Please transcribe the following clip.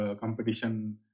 competition